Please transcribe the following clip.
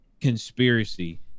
conspiracy